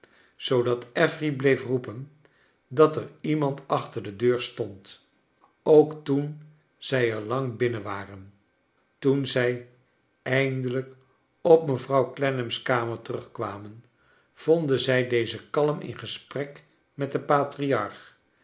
zoodat affery bleef roepen dat er iemand achter de deur stond ook toen zij er lang t innen waren toen zij eindelijk op mevrouw clennam's kamer terugkwamen vonden zij deze kalm in gesprek met den patriarch